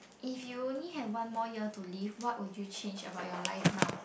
if you only have one more year to live what will you change to your life now